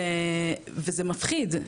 וזה מפחיד.